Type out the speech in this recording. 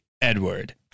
Edward